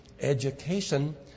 education